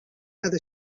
هذا